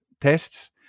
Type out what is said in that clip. tests